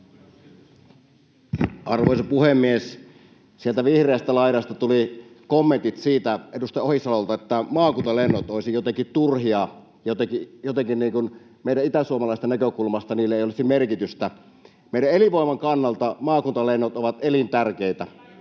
Arvoisa puhemies! Sieltä vihreästä laidasta tuli kommentit edustaja Ohisalolta siitä, että maakuntalennot olisivat jotenkin turhia, että jotenkin meidän itäsuomalaisten näkökulmasta niillä ei olisi merkitystä. Meidän elinvoimamme kannalta maakuntalennot ovat elintärkeitä.